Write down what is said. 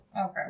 Okay